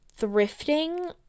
thrifting